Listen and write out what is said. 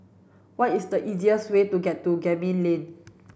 what is the easiest way to get to Gemmill Lane